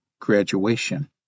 graduation